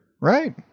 Right